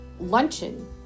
luncheon